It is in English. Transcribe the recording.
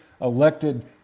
elected